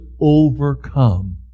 overcome